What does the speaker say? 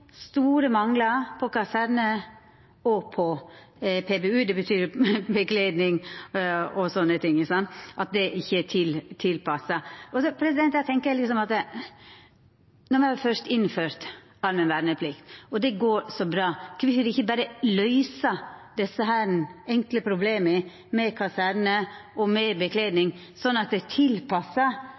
store manglar på kaserne og på PBU – det betyr klede og sånne ting – det er ikkje tilpassa. Då tenkjer eg at når me først har innført allmenn verneplikt og det går så bra, kvifor ikkje berre løysa desse enkle problema med kaserne og med klede, sånn at det